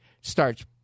starts